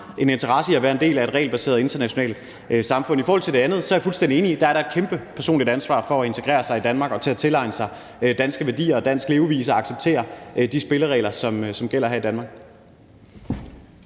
en interesse i at være en del af et regelbaseret internationalt samfund. I forhold til det andet er jeg fuldstændig enig i, at der da er et kæmpe personligt ansvar for at integrere sig i Danmark og tilegne sig danske værdier og dansk levevis og acceptere de spilleregler, som gælder her i Danmark.